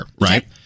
right